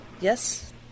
Yes